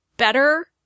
better